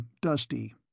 dusty